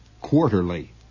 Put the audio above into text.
quarterly